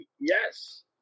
Yes